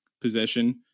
possession